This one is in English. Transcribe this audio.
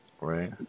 Right